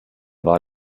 war